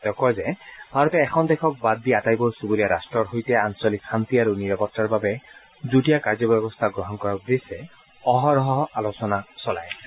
তেওঁ কয় যে ভাৰতে এখন দেশক বাদ দি আটাইবোৰ চুবুৰীয়া ৰাট্টৰ সৈতে আঞ্চলিক শান্তি আৰু নিৰাপত্তাৰ বাবে যুটীয়া কাৰ্যব্যৱস্থা গ্ৰহণ কৰাৰ উদ্দেশ্যে অহৰহ আলোচনা চলাই আছে